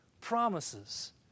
promises